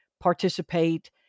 participate